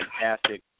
fantastic